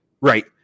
right